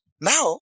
Now